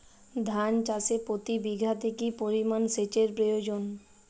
ধান চাষে প্রতি বিঘাতে কি পরিমান সেচের প্রয়োজন?